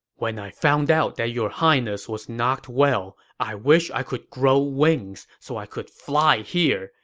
when i found out that your highness was not well, i wish i could grow wings so i could fly here.